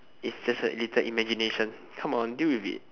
it's just a little imagination come on deal with it